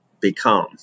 become